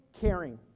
caring